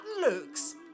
looks